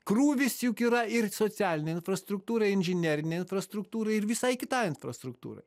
krūvis juk yra ir socialinei infrastruktūrai inžinerinei infrastruktūrai ir visai kitai infrastruktūrai